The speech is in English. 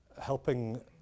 helping